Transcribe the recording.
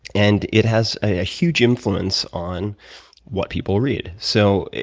and it has a huge influence on what people read. so,